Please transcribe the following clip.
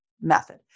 method